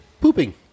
pooping